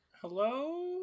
hello